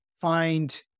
find